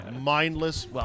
Mindless